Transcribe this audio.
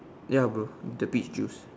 ya bro the bit right